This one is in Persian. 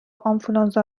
آنفلوانزا